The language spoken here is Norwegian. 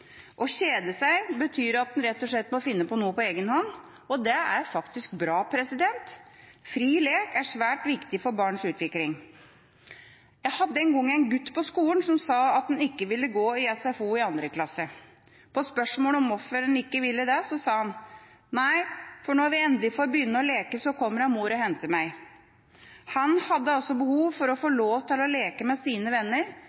kjede seg betyr at man må finne på noe på egen hånd, og det er faktisk bra. Fri lek er svært viktig for barns utvikling. Jeg hadde en gang en gutt på skolen som sa at han ikke ville gå i SFO i 2. klasse. På spørsmål om hvorfor han ikke ville det, sa han: «Nei, for når vi endelig får begynne å leke, så kommer mor og henter meg.» Han hadde behov for å få lov til å leke med sine venner,